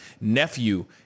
nephew